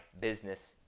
Business